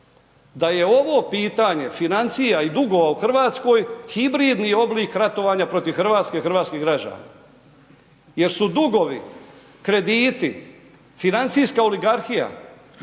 da je ovo pitanje financija i dugova u RH hibridni oblik ratovanja protiv RH i hrvatskih građana jer su dugovi, krediti, financijska oligarhija,